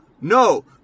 No